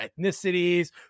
ethnicities